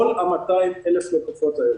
כל 200,000 הלקוחות האלה